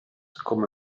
come